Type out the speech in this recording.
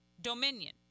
dominion